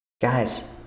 guys